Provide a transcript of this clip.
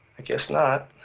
i guess not.